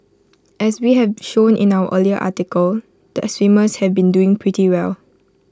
as we have shown in our earlier article the swimmers have been doing pretty well